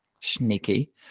Sneaky